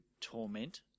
torment